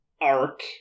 arc